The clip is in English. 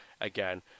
again